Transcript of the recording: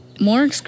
More